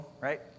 right